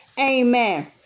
Amen